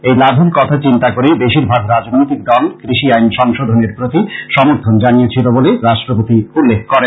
এই লাভের কথা চিন্তা করেই বেশীরভাগ রাজনৈতিক দল কৃষি আইন সংশোধনের প্রতি সমর্থন জানিয়েছিল বলে রাষ্ট্রপতি উল্লেখ করেন